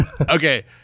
Okay